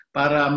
para